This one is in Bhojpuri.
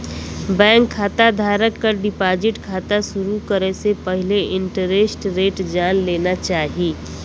बैंक खाता धारक क डिपाजिट खाता शुरू करे से पहिले इंटरेस्ट रेट जान लेना चाही